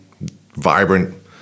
vibrant